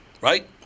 right